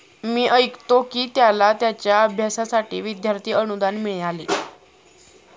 मी ऐकतो की त्याला त्याच्या अभ्यासासाठी विद्यार्थी अनुदान मिळाले